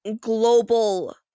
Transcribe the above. global